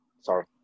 Sorry